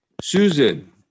Susan